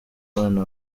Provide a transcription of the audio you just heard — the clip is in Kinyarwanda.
abana